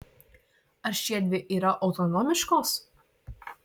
ar šiedvi yra autonomiškos